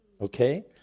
Okay